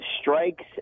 strikes